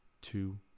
two